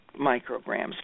micrograms